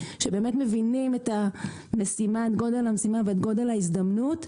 שבאמת מבינים את גודל המשימה ואת גודל ההזדמנות,